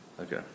Okay